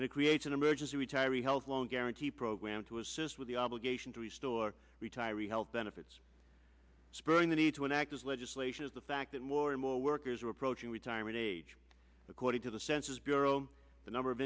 and it creates an emergency retiree health loan guarantee program to assist with the obligation to the store retiree health benefits spurring the need to an act of legislation is the fact that more and more workers are approaching retirement age according to the census bureau the number of